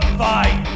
fight